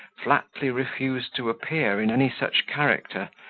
flatly refused to appear in any such character,